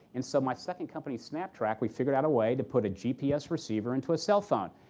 and so my second company, snaptrack, we figured out a way to put a gps receiver into a cell phone.